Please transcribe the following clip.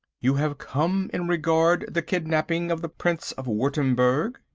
you have come in regard the kidnapping of the prince of wurttemberg?